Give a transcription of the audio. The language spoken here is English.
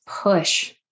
push